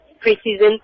pre-season